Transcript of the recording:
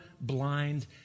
blind